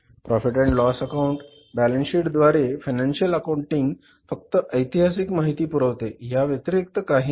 profit and loss account balance sheet याद्वारे financial accounting फक्त ऐतिहासिक माहिती पुरविते ह्याव्यतिरिक्त काही नाही